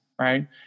right